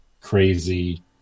crazy